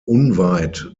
unweit